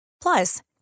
Plus